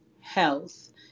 health